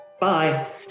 Bye